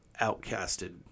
outcasted